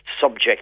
subject